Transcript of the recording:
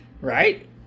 right